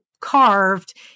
carved